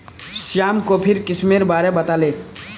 श्याम कॉफीर किस्मेर बारे बताले